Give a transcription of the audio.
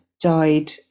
died